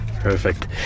Perfect